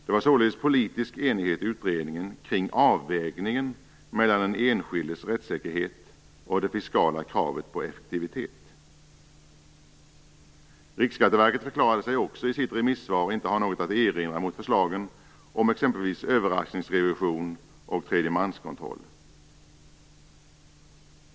Det var således politisk enighet i utredningen kring avvägningen mellan den enskildes rättssäkerhet och det fiskala kravet på effektivitet. Riksskatteverket förklarade sig också i sitt remissvar inte ha något att erinra mot förslagen om exempelvis överraskningsrevision och tredjemanskontroll.